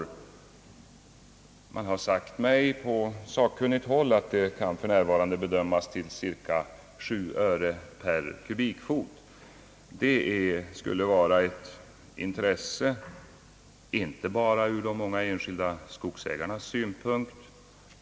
Man har på sakkunnigt håll sagt mig att kostnaden härför för närvarande kan beräknas till omkring 7 öre per kubikfot. En sådan överlagring skulle vara ett intresse inte bara ur de många enskilda skogsägarnas synpunkt.